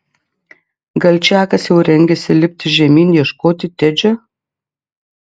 gal čakas jau rengėsi lipti žemyn ieškoti tedžio